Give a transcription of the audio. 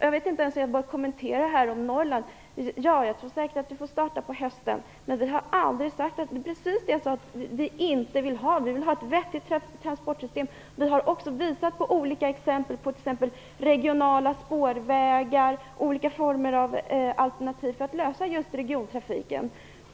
Jag vet inte om jag skall behöva kommentera detta med Norrland. Vi har aldrig sagt att vi skulle ha sådana alternativ. Vi vill ha ett vettigt transportsystem. Vi har visat på olika exempel, t.ex. regionala spårvägar och olika former av andra alternativ, för att hitta lösningar för just regiontrafiken.